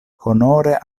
honore